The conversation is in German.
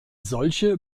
solche